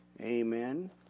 amen